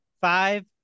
Five